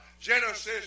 Genesis